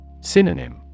Synonym